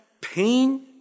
pain